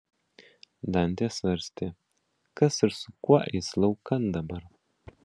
dantė svarstė kas ir su kuo eis laukan dabar